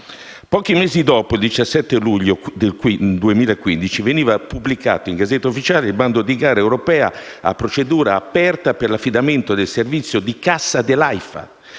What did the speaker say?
Pochi mesi dopo, il 17 luglio 2015 veniva pubblicata in *Gazzetta Ufficiale* il bando di gara europea a procedura aperta per l'affidamento del servizio di cassa dell'Aifa,